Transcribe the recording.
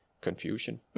confusion